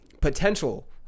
potential